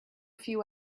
few